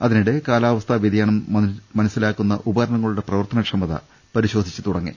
അതിനിടെ കാലാവസ്ഥാ വ്യതിയാനം മനസി ലാക്കുന്ന ഉപകരണങ്ങളുടെ പ്രവർത്തനക്ഷമത പരിശോധിച്ചു തുടങ്ങി